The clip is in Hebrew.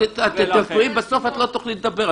--- את תדברי ובסוף לא תוכלי לדבר,